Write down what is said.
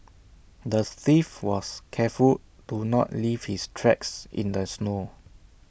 the thief was careful to not leave his tracks in the snow